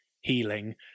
healing